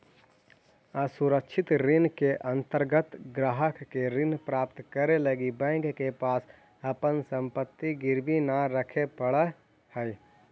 असुरक्षित ऋण के अंतर्गत ग्राहक के ऋण प्राप्त करे लगी बैंक के पास अपन संपत्ति गिरवी न रखे पड़ऽ हइ